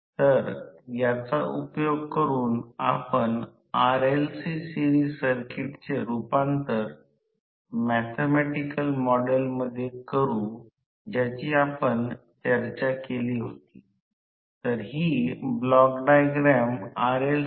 आणि एक गोष्ट अशी आहे की या F2 F ला ज्याला हा F1 Fr F2 म्हणतो आहे ते सर्व एकमेका संदर्भात स्थिर आहे ns सह हलवित आहेत आणि म्हणून या सर्व गोष्टी स्थिर राहतील कारण Fr आणि F2 मधील हा कोन डेल्टा आहे